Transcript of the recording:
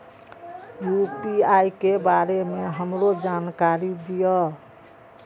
UPI के बारे में हमरो जानकारी दीय?